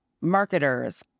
marketers